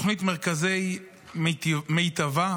תוכנית מרכזי מטיב"ה,